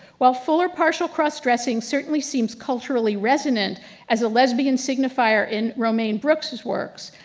while full or partial cross dressing certainly seems culturally resonant as a lesbian signifier in romaine brooks's works,